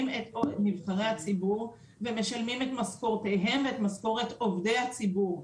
את נבחרי הציבור ומשלמים את משכורותיהם ואת משכורות עובדי הציבור.